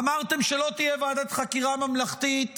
אמרתם שלא תהיה ועדת חקירה ממלכתית